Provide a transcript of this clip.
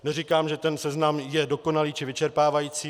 Neříkám, že ten seznam je dokonalý či vyčerpávající.